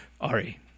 Ari